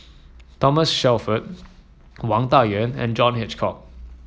Thomas Shelford Wang Dayuan and John Hitchcock